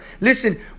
Listen